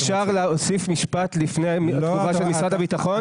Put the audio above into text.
אפשר להוסיף משפט לפני התגובה של משרד הביטחון?